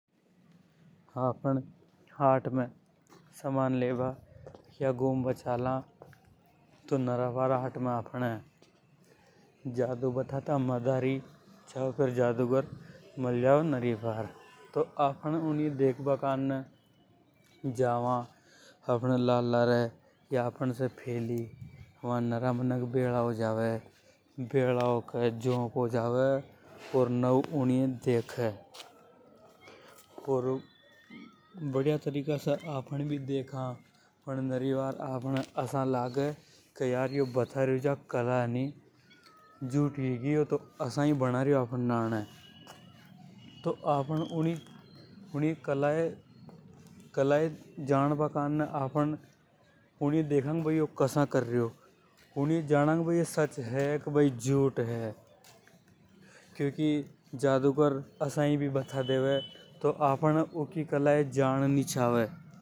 आफ़न हाट में समान लेबा चाला या फेर गुम्बा चाला। तो नरा बार जादू बताता मदारी या जादूगर मल जावे। तो आफ़न ऊनिय देखबा जावा। अपहाने लाते या आफ़न से फैली वा नारा मनक देखता रेवे। भेला होके नव ऊनियें झोप होके देखे। ओर बढ़िया तरीका से आफ़न भी देखा। अर नरा बार आफ़ने लागे के यार यो बता रियो जा कला झूठी होगी। ऐसाई बना रियो आफ़न नाने। के भई यो कसा कर रियो यूनियें जानांगा के भई या सच हे या झूठ हे। क्योंकि जादूगर आसा ई भी बता देवे तो यूकी कला ये जाननी छावे।